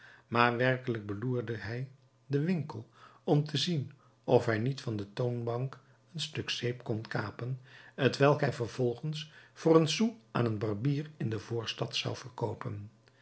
maar werkelijk beloerde hij den winkel om te zien of hij niet van de toonbank een stuk zeep kon kapen t welk hij vervolgens voor een sou aan een barbier in de voorstad zou verkoopen